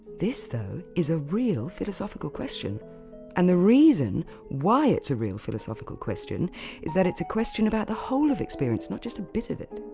this, though, is a real philosophical question and the reason why it's a real philosophical question is that it's a question about the whole of experience, not just a bit of it.